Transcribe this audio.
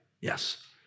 Yes